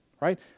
right